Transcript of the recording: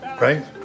right